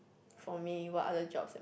for me what other jobs